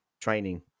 training